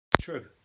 true